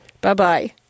Bye-bye